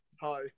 Hi